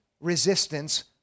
resistance